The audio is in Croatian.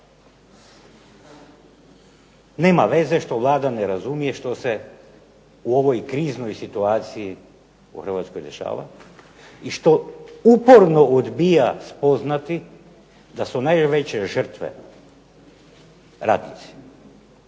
nema veze što Vlada ne razumije, što se u ovoj kriznoj situaciji u Hrvatskoj dešava i što uporno odbija spoznati da su najveće žrtve radnici.